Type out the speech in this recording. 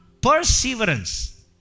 Perseverance